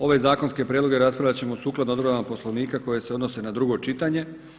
Ove zakonske prijedloge raspravljat ćemo sukladno odredbama Poslovnika koje se odnose na drugo čitanje.